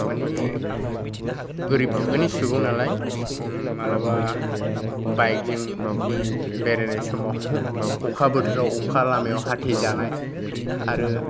मानि गोरिब थाखोनि सुबुं नालाय माब्लाबा बाइकजों बेरायनाय समाव अखा बोथोराव अखा लामायाव हाथे जानाय आरो